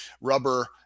rubber